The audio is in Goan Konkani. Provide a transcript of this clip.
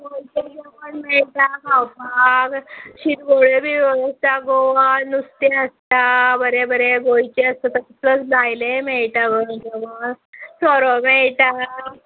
गोंयचें जेवण मेळटा खावपाक शिरवळ्यो बिरवळ्यो येता गोवन नुस्तें आसता बरें बरें गोंयचें आसता थंयसर भायलेंय मेळटा गो जेवण सोरो मेळटा